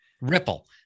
ripple